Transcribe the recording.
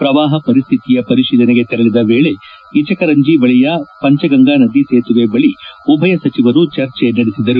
ಪ್ರವಾಹ ಪರಿಸ್ಥಿತಿಯ ಪರಿಶೀಲನೆಗೆ ತೆರಳಿದ ವೇಳಿ ಇಚಕರಂಜಿ ಬಳಿಯ ಪಂಚಗಂಗಾ ನದಿ ಸೇತುವೆ ಬಳಿ ಉಭಯ ಸಚಿವರು ಚರ್ಚೆ ನಡೆಸಿದರು